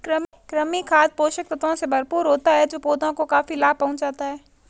कृमि खाद पोषक तत्वों से भरपूर होता है जो पौधों को काफी लाभ पहुँचाता है